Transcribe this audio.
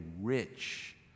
rich